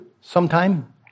sometime